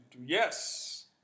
Yes